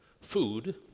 food